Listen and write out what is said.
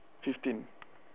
fifteen